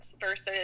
versus